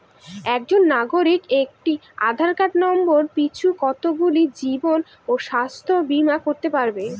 একজন নাগরিক একটি আধার নম্বর পিছু কতগুলি জীবন ও স্বাস্থ্য বীমা করতে পারে?